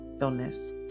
illness